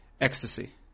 ecstasy